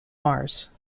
mars